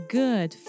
good